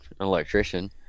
electrician